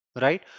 right